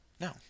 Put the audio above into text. No